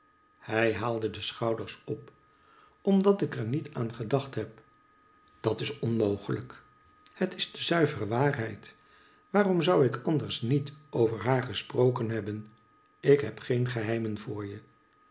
hij haalde de schouders op omdat ik er niet aan gedacht heb dat is onmogelijk het is de zuivere waarheid waarom zoii ik anders niet over haar gesproken hebben ik heb geen geheimen voor je